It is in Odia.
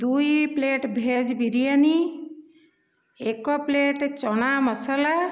ଦୁଇ ପ୍ଲେଟ ଭେଜ ବିରିୟାନୀ ଏକ ପ୍ଲେଟ ଚଣା ମସଲା